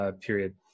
period